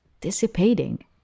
dissipating